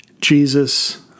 Jesus